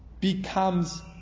becomes